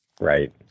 Right